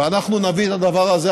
ואנחנו נביא את הדבר הזה,